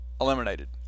eliminated